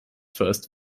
first